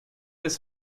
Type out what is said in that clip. des